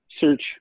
search